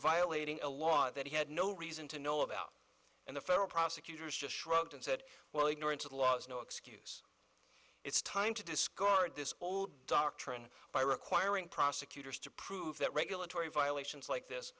violating a law that he had no reason to know about and the federal prosecutors just shrugged and said well ignorance of the law is no excuse it's time to discard this whole doctrine by requiring prosecutors to prove that regulatory violations like this